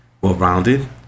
well-rounded